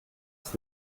ist